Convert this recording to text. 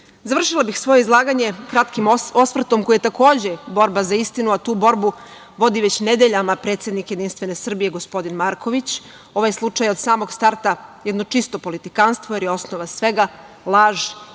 naroda. Završila bih svoje izlaganje kratkim osvrtom koji je takođe borba za istinu, a tu borbu vodi već nedeljama predsednik JS, gospodin Marković. Ovaj slučaj od samog starta je jedno čisto politikanstvo jer je osnova svega, laž